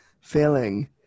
failing